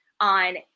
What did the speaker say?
on